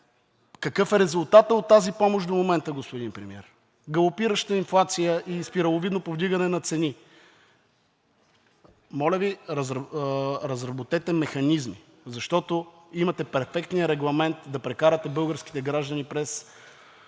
какъв е резултатът от тази помощ до момента, господин Премиер? Галопираща инфлация и спираловидно повдигане на цените. Моля Ви, разработете механизми, защото имате перфектния Регламент да прекарате българските граждани през